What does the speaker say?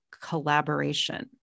collaboration